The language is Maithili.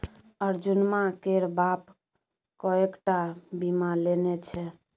अर्जुनमा केर बाप कएक टा बीमा लेने छै